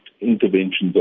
interventions